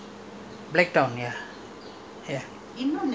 ah no no no that [one] is uh [what] ah